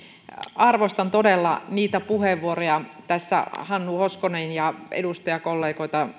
arvostan todella niiden monien puheenvuoroja tässä hannu hoskosen ja edustajakollegoiden